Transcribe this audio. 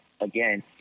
again